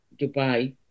Dubai